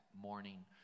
morning